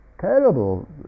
terrible